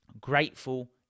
grateful